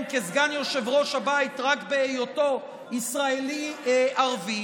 כסגן יושב-ראש הבית רק בהיותו ישראלי ערבי.